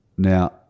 Now